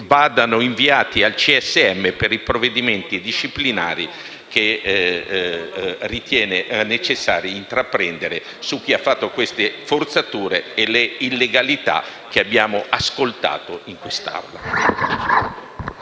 vadano inviati al CSM per i provvedimenti disciplinari che riterrà necessario intraprendere su chi ha commesso le forzature e le illegalità che abbiamo ascoltato in quest'Aula.